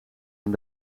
een